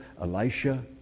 Elisha